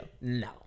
No